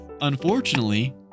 unfortunately